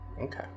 Okay